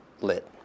lit